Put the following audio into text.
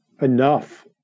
enough